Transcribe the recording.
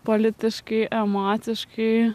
politiškai emociškai